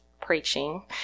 preaching